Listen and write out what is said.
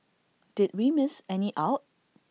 did we miss any out